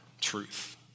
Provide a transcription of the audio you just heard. truth